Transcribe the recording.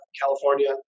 California